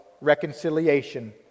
reconciliation